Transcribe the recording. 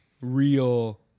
real